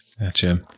Gotcha